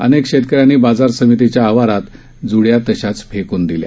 अनेक शेतकऱ्यांनी बाजार समितीच्या आवारात ज्ड्या तशाच फेकून दिल्या